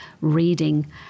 reading